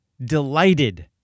delighted